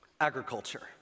agriculture